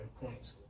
points